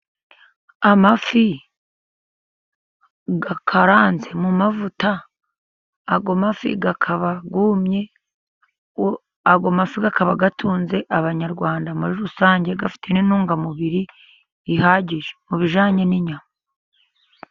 Amafi akaranze mu mavuta. Ayo mafi akaba yumye ayo mafi akaba atunze Abanyarwanda muri rusange. Afite n'intungamubiri zihagije mu bijyanye n'inyama.